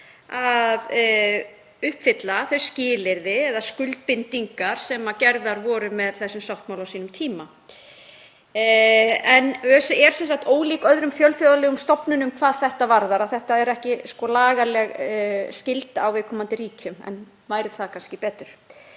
að uppfylla þau skilyrði eða skuldbindingar sem fylgdu þessum sáttmála á sínum tíma. En ÖSE er sem sagt ólík öðrum fjölþjóðlegum stofnunum hvað það varðar að ekki er um að ræða lagalega skyldu á viðkomandi ríkjum en væri það kannski betur.